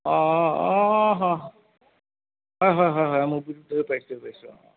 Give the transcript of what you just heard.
অঁ অঁ হয় হয় হয় হয় হয় হয় হয় হয় হয় হয় হয় হয় হয় হয় হয় হয় মোৰ পাইছোঁ পাইছোঁ অঁ